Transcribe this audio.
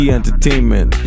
Entertainment